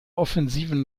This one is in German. offensiven